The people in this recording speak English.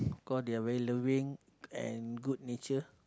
cause they are very loving and good nature